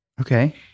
Okay